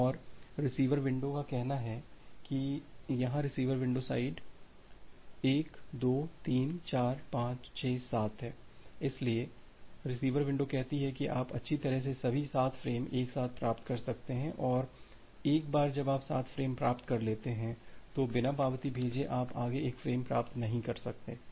और receiver window का कहना है कि यहां रिसीवर विंडो साइड 1 2 3 4 5 6 7 है इसलिए रिसीवर विंडो कहती है कि आप अच्छी तरह से सभी 7 फ्रेम एक साथ प्राप्त कर सकते हैं और एक बार जब आप 7 फ्रेम प्राप्त कर लेते हैं तो बिना पावती भेजे आप आगे एक फ्रेम भी प्राप्त नहीं कर पाएंगे